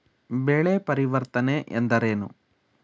ಬೆಳೆ ಪರಿವರ್ತನೆ ಎಂದರೇನು?